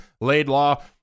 laidlaw